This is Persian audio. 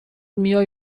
میای